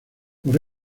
por